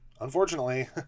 unfortunately